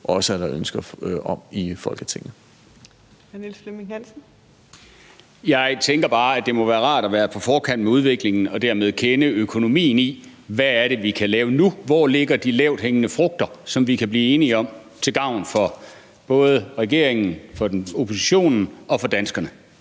Flemming Hansen (KF): Jeg tænker bare, at det må være rart at være på forkant med udviklingen og dermed kende økonomien, med hensyn til hvad det er, vi kan lave nu. Hvor er de lavthængende frugter, som vi kan blive enige om til gavn for både regeringen, oppositionen og danskerne?